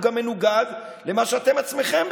הוא גם מנוגד למה שאתם עצמכם,